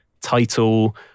title